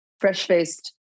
fresh-faced